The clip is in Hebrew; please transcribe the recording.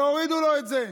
והורידו לו את זה.